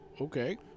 okay